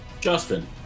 Justin